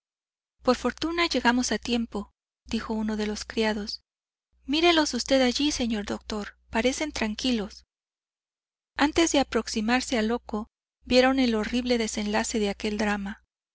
por fortuna llegamos a tiempo dijo uno de los criados mírelos usted allí señor doctor parecen tranquilos antes de aproximarse al loco vieron el horrible desenlace de aquel drama